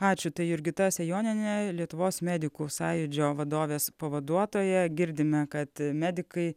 ačiū tai jurgita sejonienė lietuvos medikų sąjūdžio vadovės pavaduotoja girdime kad medikai